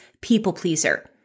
people-pleaser